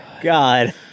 God